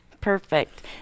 Perfect